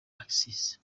axis